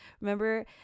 remember